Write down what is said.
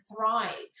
thrive